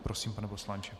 Prosím, pane poslanče.